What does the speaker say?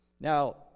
Now